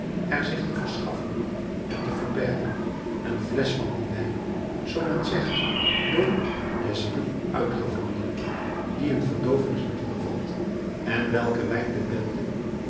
er zich te verschaffen en te verbergen een flesch van dien wijn zoo men zegt door desrues uitgevonden die een verdoovingsmiddel bevat en welken wijn de bende